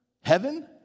Heaven